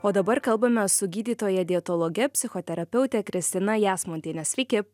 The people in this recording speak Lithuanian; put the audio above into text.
o dabar kalbamės su gydytoja dietologe psichoterapeute kristina jasmontiene sveiki